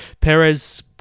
Perez